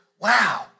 wow